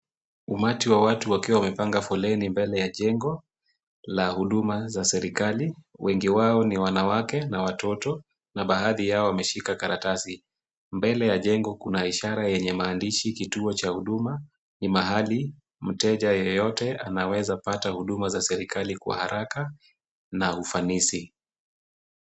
Umati wa watu wakiwa wamepanga foleni mbele ya jengo, la huduma za serikali. Wengi wao ni wanawake na watoto, na baadhi yao wameshika karatasi. Mbele ya jengo kuna ishara yenye maandishi kituo cha huduma, ni mahali mteja yeyote anaweza pata huduma za serikali kwa haraka na ufanisi.